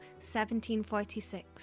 1746